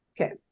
okay